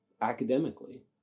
academically